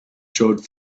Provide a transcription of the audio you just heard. showed